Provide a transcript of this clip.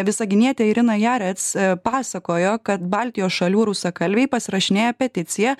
visaginietė irina jarec pasakojo kad baltijos šalių rusakalbiai pasirašinėja peticiją